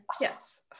yes